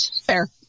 Fair